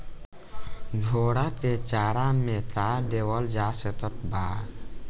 घोड़ा के चारा मे का देवल जा सकत बा?